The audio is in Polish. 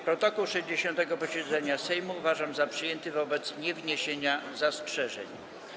Protokół 60. posiedzenia Sejmu uważam za przyjęty wobec niewniesienia zastrzeżeń.